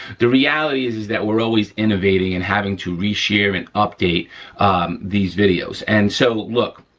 the reality is is that we're always innovating and having to reshare and update these videos and so look,